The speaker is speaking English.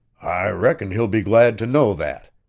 i reckon he'll be glad to know that.